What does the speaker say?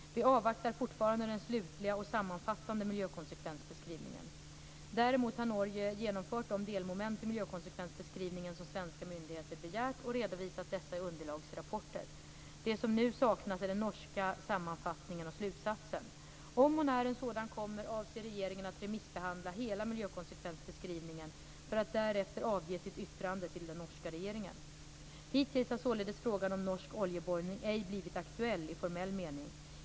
Vi avvaktar fortfarande den slutliga och sammanfattande miljökonsekvensbeskrivningen. Däremot har Norge genomfört de delmoment i miljökonsekvensbeskrivningen som svenska myndigheter begärt och redovisat dessa i underlagsrapporter. Det som nu saknas är den norska sammanfattningen och slutsatsen. Om och när en sådan kommer avser regeringen att remissbehandla hela miljökonsekvensbeskrivningen för att därefter avge sitt yttrande till den norska regeringen. Hittills har således frågan om norsk oljeborrning ej blivit aktuell, i formell mening.